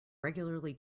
regularly